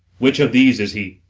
which of these is he?